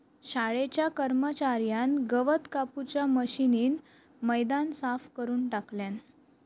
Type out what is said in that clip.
शाळेच्या कर्मच्यार्यान गवत कापूच्या मशीनीन मैदान साफ करून टाकल्यान